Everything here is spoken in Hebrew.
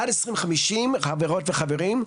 עד 2050 חברות וחברים,